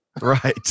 right